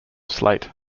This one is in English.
slate